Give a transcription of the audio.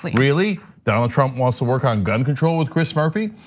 like really? donald trump wants to work on gun control with chris murphy?